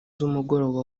z’umugoroba